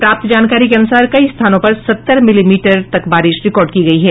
प्राप्त जानकारी के अनुसार कई स्थानों पर सत्तर मिलीमीटर तक बारिश रिकार्ड की गयी है